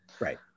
right